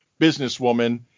businesswoman